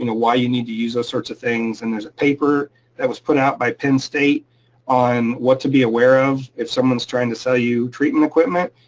why you need to use those sorts of things. and there's a paper that was put out by penn state on what to be aware of if someone's trying to sell you treatment equipment.